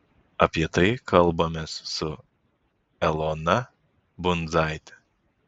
apie tai kalbamės su elona bundzaite